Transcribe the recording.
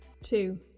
two